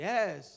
Yes